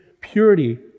purity